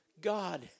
God